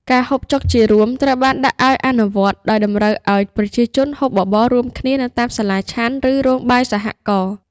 ការហូបច្បុកជារួមត្រូវបានដាក់ឱ្យអនុវត្ត ដែលតម្រូវឱ្យប្រជាជនហូបបបររួមគ្នានៅតាមសាលាឆាន់ ឬរោងបាយសហករណ៍។